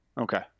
okay